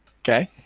Okay